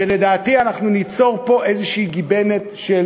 ולדעתי אנחנו ניצור פה איזושהי גיבנת של